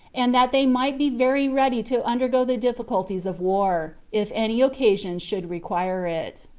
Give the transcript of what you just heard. and that they might be very ready to undergo the difficulties of war, if any occasion should require it.